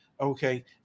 Okay